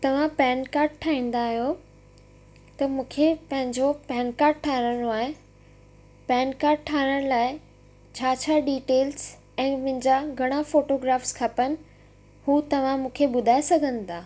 तव्हां PAN card ठाहींदा आहियो त मूंखे पंहिंजो पैन कार्ड ठाराहिणो आहे पैन कार्ड ठाराहिण लाइ छा छा डिटेल्स ऐं मुंहिंजा घणा फ़ोटूग्राफ़्स खपनि हू तव्हां मूंखे ॿुधाए सघंदा